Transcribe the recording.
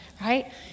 right